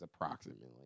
approximately